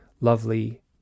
lovely